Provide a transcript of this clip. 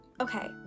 Okay